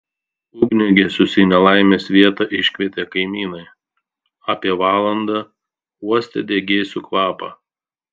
ugniagesius į nelaimės vietą iškvietė kaimynai apie valandą uostę degėsių kvapą